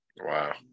Wow